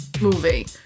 movie